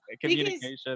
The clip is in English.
communication